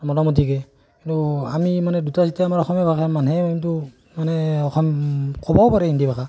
মোটামুটিকৈ কিন্তু আমি মানে দুটাই যেতিয়া আমাৰ অসমীয়া ভাষা মানুহে কিন্তু মানে অসম ক'বাও পাৰে হিন্দী ভাষা